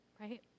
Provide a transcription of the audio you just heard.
right